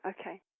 Okay